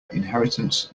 inheritance